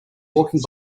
walking